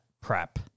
prep